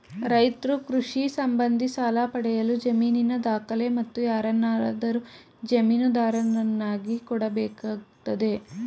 ರೈತ್ರು ಕೃಷಿ ಸಂಬಂಧಿ ಸಾಲ ಪಡೆಯಲು ಜಮೀನಿನ ದಾಖಲೆ, ಮತ್ತು ಯಾರನ್ನಾದರೂ ಜಾಮೀನುದಾರರನ್ನಾಗಿ ಕೊಡಬೇಕಾಗ್ತದೆ